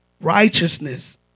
righteousness